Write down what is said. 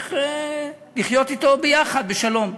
צריך לחיות אתו ביחד בשלום.